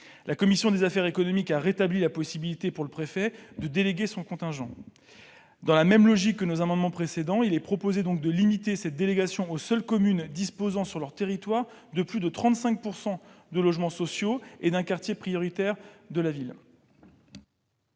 commission des affaires économiques a quant à elle rétabli la possibilité, pour le préfet, de déléguer son contingent. Dans la même logique que nos amendements précédents, nous proposons donc de limiter cette délégation aux seules communes disposant sur leur territoire de plus de 35 % de logements sociaux et d'un quartier prioritaire de la ville.